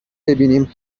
ببینیم